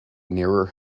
nearer